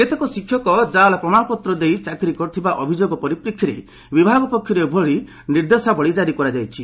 କେତେକ ଶିକ୍ଷକ ଜାଲ୍ ପ୍ରମାଣପତ୍ର ଦେଇ ଚାକିରି କରିଥିବା ଅଭିଯୋଗ ପରିପ୍ରେକ୍ଷୀରେ ବିଭାଗ ପକ୍ଷରୁ ଏଭଳି ନିର୍ଦ୍ଦେଶାବଳୀ ଜାରି କରାଯାଇଛି